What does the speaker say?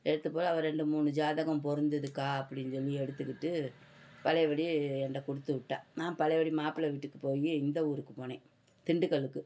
எடுத்து போட அவள் ரெண்டு மூணு ஜாதகம் பொருந்ததுக்கா அப்படின்னு சொல்லி எடுத்துக்கிட்டு பழையபடியே என்ட்ட கொடுத்துவிட்டா நான் பழையபடி மாப்பிளை வீட்டுக்கு போய் இந்த ஊருக்கு போனேன் திண்டுக்கல்லுக்கு